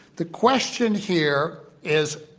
the question here, is,